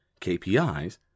KPIs